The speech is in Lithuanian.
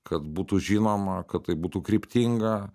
kad būtų žinoma kad tai būtų kryptinga